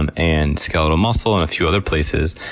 and and skeletal muscle, and a few other places.